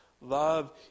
love